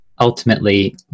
ultimately